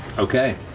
okay.